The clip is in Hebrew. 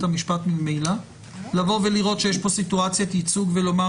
המשפט ממילא לבוא ולראות שיש פה סיטואציית ייצוג ולומר: